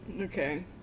Okay